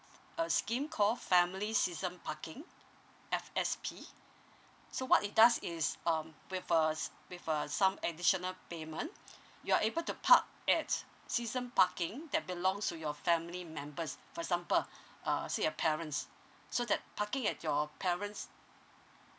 a scheme call family season parking F_S_P so what it does is um with a with a some additional payment you're able to park at season parking that belongs to your family members for example err says your parents so that parking at your parents